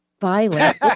Violent